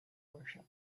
worship